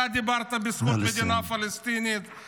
אתה דיברת בזכות מדינה פלסטינית,